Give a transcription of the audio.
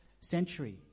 century